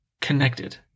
connected